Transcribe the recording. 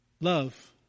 Love